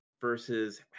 versus